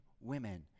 women